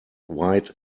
white